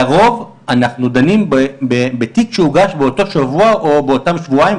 לרוב אנחנו דנים בתיק שהוגש באותו שבוע או באותם שבועיים,